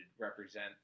represent